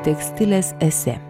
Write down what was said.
tekstilės esė